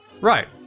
Right